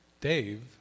Dave